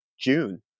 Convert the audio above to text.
june